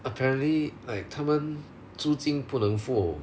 apparently like 他们租金不能付